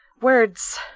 words